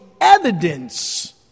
evidence